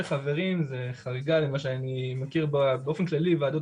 חברים זה חריגה למה שאני מכיר באופן כללי מוועדות